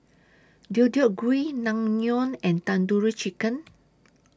Deodeok Gui Naengmyeon and Tandoori Chicken